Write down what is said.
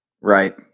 right